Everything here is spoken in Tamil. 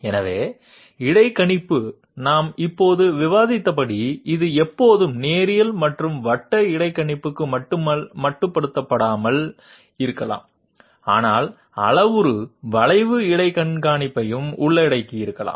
எனவே இடைக்கணிப்பு நாம் இப்போது விவாதித்தபடி இது எப்போதும் நேரியல் மற்றும் வட்ட இடைக்கணிப்புக்கு மட்டுப்படுத்தப்படாமல் இருக்கலாம் ஆனால் அளவுரு வளைவு இடைக்கணிப்பையும் உள்ளடக்கியிருக்கலாம்